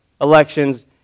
elections